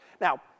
Now